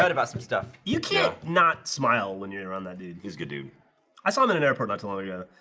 kind of some stuff you can't not smile when you around that dude. he's good dude i saw them in an airport not too long ago,